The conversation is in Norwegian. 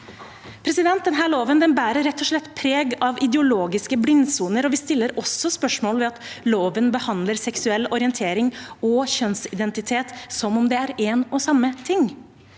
foreldre. Denne loven bærer rett og slett preg av ideologiske blindsoner, og vi stiller også spørsmål ved at loven behandler seksuell orientering og kjønnsidentitet som om det er en og samme ting.